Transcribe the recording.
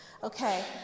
Okay